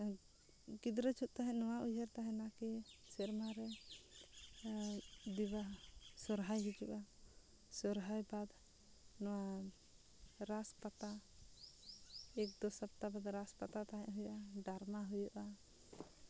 ᱜᱤᱫᱽᱨᱟᱹ ᱡᱚᱦᱚᱜ ᱛᱟᱦᱮᱱ ᱱᱚᱣᱟ ᱩᱭᱦᱟᱹᱨ ᱛᱟᱦᱮᱱᱟ ᱠᱤ ᱥᱮᱨᱢᱟ ᱨᱮ ᱫᱤᱵᱟ ᱥᱚᱦᱨᱟᱭ ᱦᱤᱡᱩᱜᱼᱟ ᱥᱚᱦᱨᱟᱭ ᱵᱟᱫ ᱱᱚᱣᱟ ᱨᱟᱥ ᱯᱟᱛᱟ ᱮᱠ ᱫᱩ ᱥᱚᱯᱛᱟ ᱫᱷᱟᱹᱵᱤᱡ ᱨᱟᱥ ᱯᱟᱛᱟ ᱦᱩᱭᱩᱜᱼᱟ ᱰᱟᱨᱢᱟ ᱦᱩᱭᱩᱜᱼᱟ